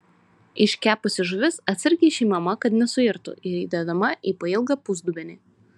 iškepusi žuvis atsargiai išimama kad nesuirtų ir įdedama į pailgą pusdubenį